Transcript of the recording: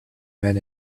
men